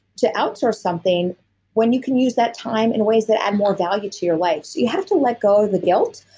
to outsource something when you can use that time in ways that add more value to your life. so you have to let go of the guilt.